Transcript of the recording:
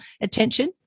attention